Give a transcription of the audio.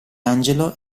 angelo